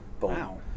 Wow